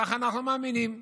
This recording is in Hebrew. כך אנחנו מאמינים.